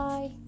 Bye